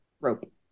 rope